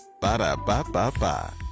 Ba-da-ba-ba-ba